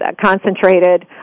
concentrated